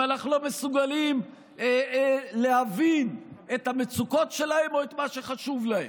אם אנחנו לא מסוגלים להבין את המצוקות שלהם או את מה שחשוב להם?